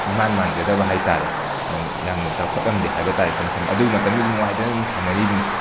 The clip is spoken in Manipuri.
ꯏꯃꯥꯟ ꯃꯥꯟꯖꯗꯕ ꯍꯥꯏꯇꯥꯔꯦ ꯌꯥꯝꯅ ꯆꯥꯎꯈꯠꯂꯝꯗꯦ ꯍꯥꯏꯕ ꯇꯥꯔꯦ ꯏꯁꯝ ꯁꯝꯅ ꯑꯗꯨꯕꯨ ꯃꯇꯝꯗꯨꯗ ꯅꯨꯉꯥꯏꯗꯅ ꯑꯗꯨꯝ ꯁꯥꯅꯔꯤꯕꯅꯤ